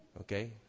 Okay